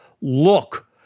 look